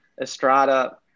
Estrada